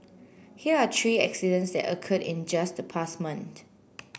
here are tree accidents that occurred in just the past month